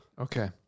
Okay